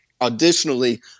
Additionally